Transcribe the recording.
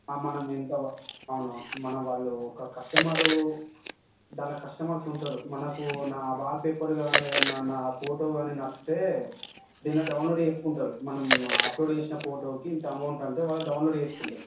మనం ఎంతవ అవును అవును మనం వాళ్ళు ఒక కస్టమరు దానిలో కష్టమర్స్ ఉంటారు మనకు నా వాల్పేపర్ కానీ ఏద్దన్న నా ఫోటో కానీ నచ్చితే కింద డౌన్లోడ్ చేసుకుంటారు మనం అప్లోడ్ చేసిన ఫోటోకి ఇంత అమౌంట్ అంటే వాళ్ళు డౌన్లోడ్ చేసుకుంటారు